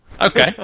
Okay